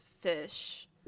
fish